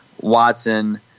Watson